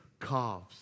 calves